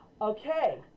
okay